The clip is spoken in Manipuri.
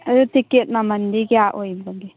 ꯑꯗꯣ ꯇꯤꯛꯀꯦꯠ ꯃꯃꯜꯗꯤ ꯀꯌꯥ ꯑꯣꯏꯕꯒꯦ